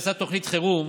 עשה תוכנית חירום